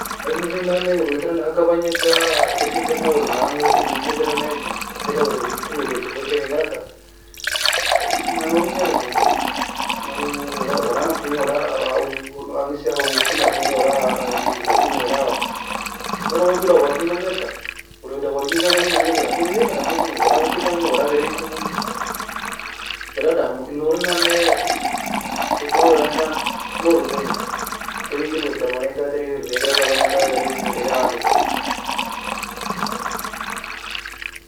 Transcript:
Angise nannae warewae tren ageka bagnika, hiker tern nannae werweadan aemileka, enga edir nai tedon werwea hikr wereaka erbaierka, inga algka enga nourin gair erbair mo, wala nalkomo, wala angise a wookin nakomo, wala weigen nakom, wala. Ter aman toul a warginan hairka, werweadan warginantan tagninan gairka لكن weaka nakkomu wala ukir dangmu, wala geiria komo, wala damo. En nouren nannae hikmawera intan nour erbaie inga. Tern hikr werweadan manieka, tern hikr werweadan hikr bagnika tern hikr werweadan aemileka.